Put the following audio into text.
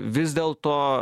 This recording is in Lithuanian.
vis dėl to